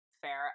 fair